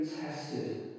tested